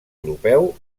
europeu